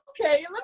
Okay